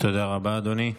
תודה רבה, אדוני.